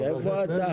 איפה אתה?